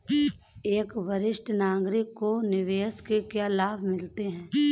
एक वरिष्ठ नागरिक को निवेश से क्या लाभ मिलते हैं?